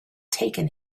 taken